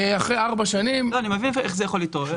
אחרי ארבע שנים --- אני מבין איך זה יכול להתעורר,